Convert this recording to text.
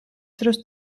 დროს